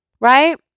right